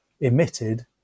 emitted